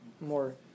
more